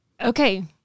Okay